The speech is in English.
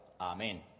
Amen